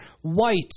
white